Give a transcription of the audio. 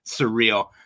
surreal